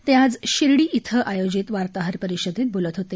ते आज शिर्डी इथं आयोजित वार्ताहर परिषदेत बोलत होते